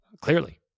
Clearly